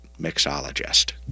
mixologist